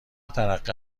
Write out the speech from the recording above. ترقه